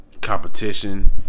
competition